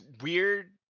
weird